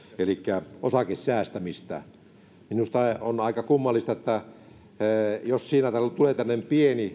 elikkä osakesäästämistä jos tulee tällainen pieni